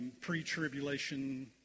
pre-tribulation